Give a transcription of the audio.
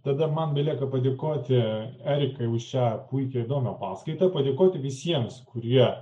tada man belieka padėkoti erikai už šią puikią įdomią paskaitą padėkoti visiems kurie